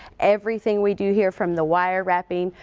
everything we do here from the wire wrapping,